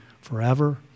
forever